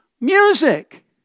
music